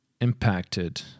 impacted